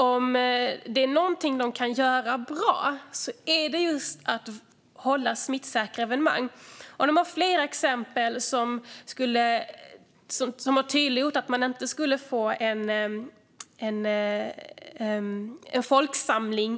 Om det är något de kan göra bra är det just att hålla smittsäkra evenemang. Det finns flera exempel på hur man kan undvika att få en folksamling.